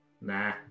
Nah